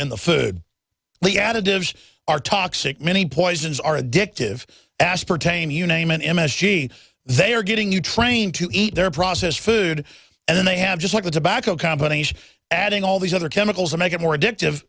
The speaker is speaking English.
in the food the additives are toxic many poisons are addictive aspartame you name an m s g they are getting you trained to eat their processed food and then they have just like the tobacco companies adding all these other chemicals that make it more addictive